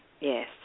Yes